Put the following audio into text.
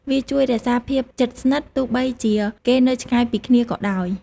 វាជួយរក្សាភាពជិតស្និទ្ធ ទោះបីជាគេនៅឆ្ងាយពីគ្នាក៏ដោយ។